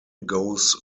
goes